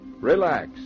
Relax